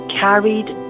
carried